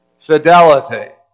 fidelity